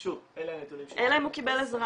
שוב, אלה הנתונים ש --- אלא אם הוא קיבל עזרה.